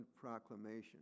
proclamation